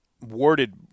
worded